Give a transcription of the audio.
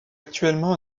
actuellement